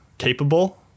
capable